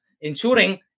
ensuring